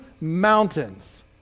mountains